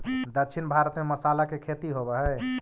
दक्षिण भारत में मसाला के खेती होवऽ हइ